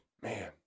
Man